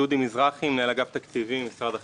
דודי מזרחי, מנהל אגף תקציבים במשרד החינוך.